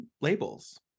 labels